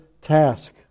task